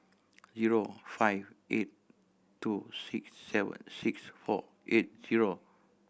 zero five eight two six seven six four eight zero